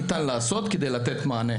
האולפנים בכ-20 מיליון שקל כפי שנאמר,